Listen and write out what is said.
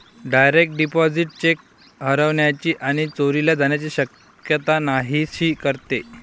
direct deposit cheque हरवण्याची आणि चोरीला जाण्याची शक्यता नाहीशी करते